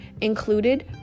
included